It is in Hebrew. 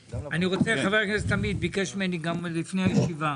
חבר הכנסת עמית ביקש ממני גם לפני הישיבה,